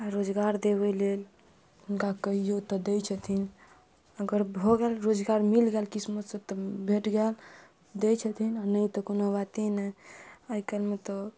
आ रोजगार देबै लेल हुनका कहियो तऽ दै छथिन अगर भऽ गेल रोजगार मिल गेल किस्मसँ तऽ भेट गेल दै छथिन आ नहि तऽ कोनो बाते नहि आइ काल्हिमे तऽ